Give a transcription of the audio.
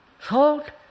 thought